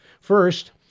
first